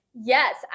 Yes